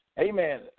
Amen